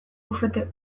bufete